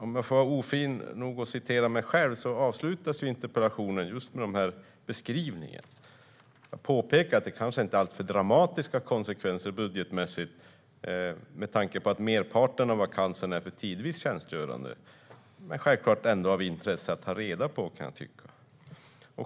Om jag får lov att vara ofin och citera mig själv avslutas interpellationen med denna beskrivning. Jag påpekar att det kanske inte är alltför dramatiska konsekvenser budgetmässigt "då merparten av vakanserna är för tidvis tjänstgörande, men självklart ändå av intresse att ha reda på".